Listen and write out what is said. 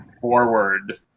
forward